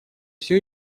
все